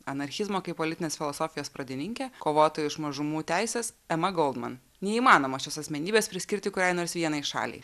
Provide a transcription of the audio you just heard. anarchizmo kaip politinės filosofijos pradininkė kovotoja už mažumų teises ema goldman neįmanoma šios asmenybės priskirti kuriai nors vienai šaliai